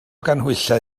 ganhwyllau